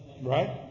Right